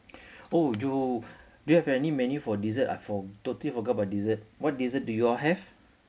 oh do you have any menu for dessert ah for totally forgot about dessert what dessert do you all have